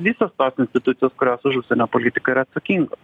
visos tos institucijos kurios už užsienio politiką yra atsakingos